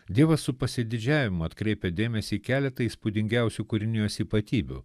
dievas su pasididžiavimu atkreipia dėmesį į keletą įspūdingiausių kūrinijos ypatybių